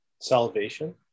Salvation